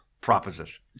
proposition